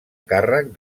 càrrec